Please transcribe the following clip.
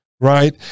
Right